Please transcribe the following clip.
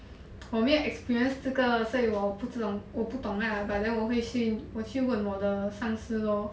for me I experience 这个所以我不懂我不懂 lah but then 我会去我去问我的上司 lor